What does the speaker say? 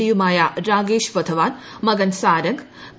ഡിയുമായ രാകേഷ് വധവാൻ മകൻ സാരംഗ് പി